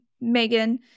Megan